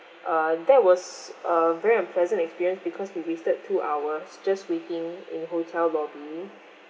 err that was a very unpleasant experience because we wasted two hours just waiting in the hotel lobby